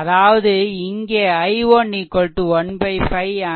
அதாவது இங்கே i1 1 5 ampere